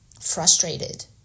frustrated